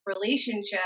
relationship